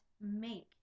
make